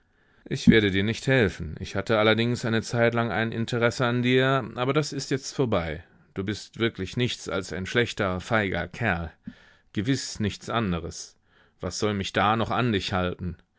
ich werde dir nicht helfen ich hatte allerdings eine zeitlang ein interesse an dir aber das ist jetzt vorbei du bist wirklich nichts als ein schlechter feiger kerl gewiß nichts anderes was soll mich da noch an dich halten